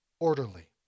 Orderly